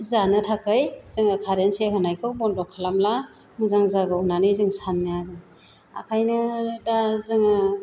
जानो थाखाय जोङो कारेन स'ख होनायखौ बन्द खालामला मोजां जागौ होननानै जों सानो आरो ओंखायनो दा जोङो